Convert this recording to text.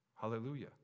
Hallelujah